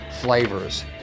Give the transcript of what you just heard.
flavors